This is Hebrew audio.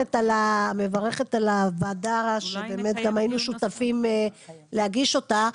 מברכת על הוועדה שבאמת גם היינו שותפים להגיש אותה.